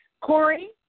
Corey